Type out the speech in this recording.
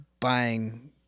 buying